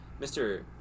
Mr